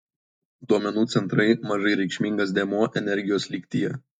duomenų centrai mažai reikšmingas dėmuo energijos lygtyje